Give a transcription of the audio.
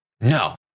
no